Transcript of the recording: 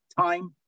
time